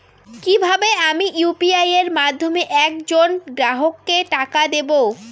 কিভাবে আমি ইউ.পি.আই এর মাধ্যমে এক জন গ্রাহককে টাকা দেবো?